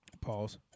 Pause